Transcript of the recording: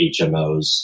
HMOs